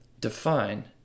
define